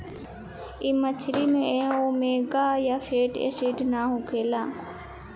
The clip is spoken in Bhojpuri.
इ मछरी में ओमेगा आ फैटी एसिड ना होखेला